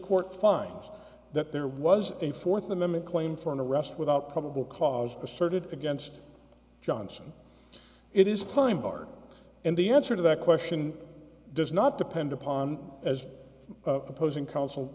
court finds that there was a fourth amendment claim for an arrest without probable cause asserted against johnson it is time bar and the answer to that question does not depend upon as opposing counsel